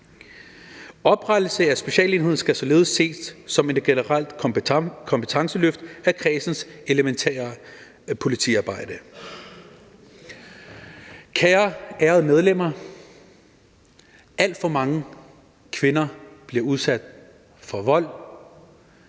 Oprettelsen af specialenheden skal således ses som et generelt kompetenceløft af kredsens elementære politiarbejde. Ærede medlemmer: Alt for mange kvinder bliver udsat for vold.